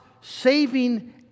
saving